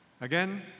Again